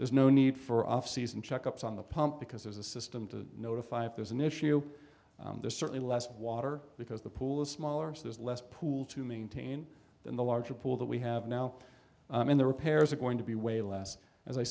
there's no need for off season check ups on the pump because there's a system to notify if there's an issue there's certainly less water because the pool is smaller so there's less pool to maintain than the larger pool that we have now and the repairs are going to be way less as i